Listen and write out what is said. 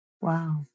Wow